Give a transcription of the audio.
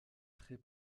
très